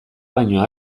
baino